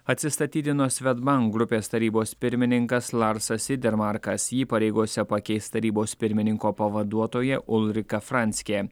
atsistatydino svedbank grupės tarybos pirmininkas larsas idermarkas jį pareigose pakeis tarybos pirmininko pavaduotoja ulrika franckė